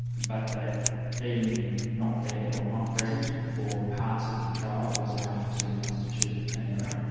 but that being not there, or not present for parts of the trial was enough to constitute an error,